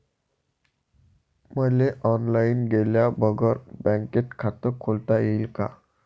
मले ऑनलाईन गेल्या बगर बँकेत खात खोलता येईन का?